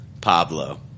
Pablo